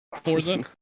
forza